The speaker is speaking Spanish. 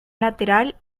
lateral